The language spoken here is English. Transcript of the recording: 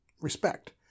respect